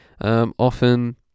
often